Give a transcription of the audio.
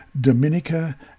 Dominica